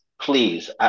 Please